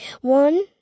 one